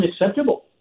unacceptable